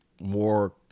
more